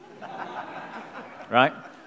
right